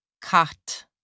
cut